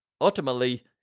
Ultimately